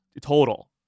total